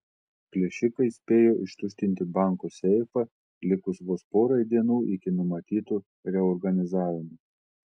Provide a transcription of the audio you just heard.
plėšikai spėjo ištuštinti banko seifą likus vos porai dienų iki numatyto reorganizavimo